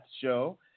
show